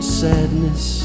sadness